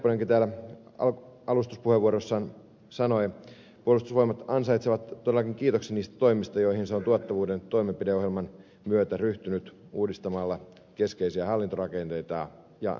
nepponenkin täällä alustuspuheenvuorossaan sanoi että puolustusvoimat ansaitsee todellakin kiitoksen niistä toimista joihin se on tuottavuuden toimenpideohjelman myötä ryhtynyt uudistamalla keskeisiä hallintorakenteita ja johtamisjärjestelmiään